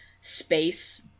space